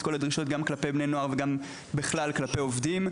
גם כלפי בני נוער ובכלל כלפי העובדים.